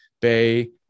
Bay